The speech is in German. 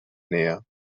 näher